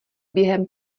během